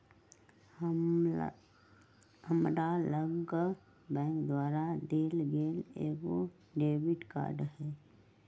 हमरा लग बैंक द्वारा देल गेल एगो डेबिट कार्ड हइ